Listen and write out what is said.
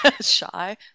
shy